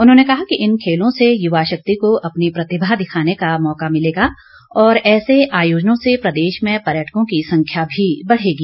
उन्होंने कहा कि इन खेलों से युवा शक्ति को अपनी प्रतिभा दिखाने का मौका मिलेगा और ऐसे आयोजनों से प्रदेश में पर्यटकों की संख्या भी बढ़ेगी